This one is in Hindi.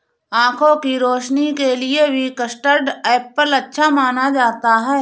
आँखों की रोशनी के लिए भी कस्टर्ड एप्पल अच्छा माना जाता है